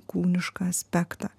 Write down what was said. kūnišką aspektą